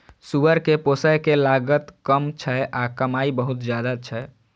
सुअर कें पोसय के लागत कम छै आ कमाइ बहुत ज्यादा छै